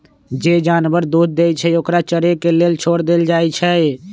जे जानवर दूध देई छई ओकरा चरे के लेल छोर देल जाई छई